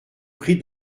prie